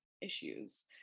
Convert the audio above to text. issues